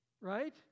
right